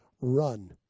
run